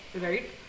right